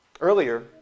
Earlier